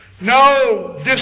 no